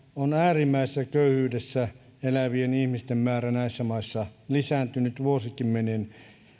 on äärimmäisessä köyhyydessä elävien ihmisten määrä näissä maissa lisääntynyt vuosikymmenien